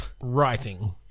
Writing